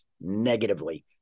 negatively